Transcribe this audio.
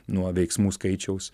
nuo veiksmų skaičiaus